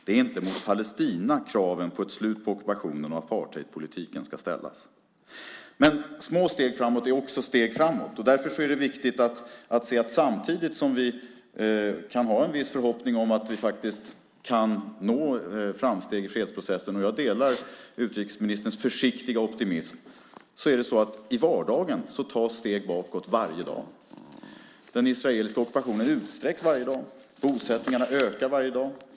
Det är inte mot Palestina som kraven på ett slut på ockupationen och apartheidpolitiken ska ställas. Men små steg framåt är också steg framåt. Därför är det viktigt att se att samtidigt som vi kan ha en viss förhoppning om att vi faktiskt kan nå framsteg i fredsprocessen - jag delar utrikesministerns försiktiga optimism - tas det i vardagen steg bakåt varje dag. Den israeliska ockupationen utsträcks varje dag. Bosättningarna ökar varje dag.